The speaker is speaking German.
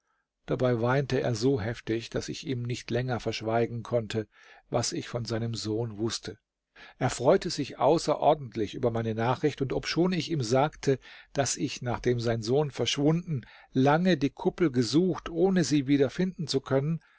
dabei weinte er so heftig daß ich ihm nicht länger verschweigen konnte was ich von seinem sohne wußte er freute sich außerordentlich über meine nachricht und obschon ich ihm sagte daß ich nachdem sein sohn verschwunden lange die kuppel gesucht ohne sie wieder finden zu können